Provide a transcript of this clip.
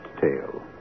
tale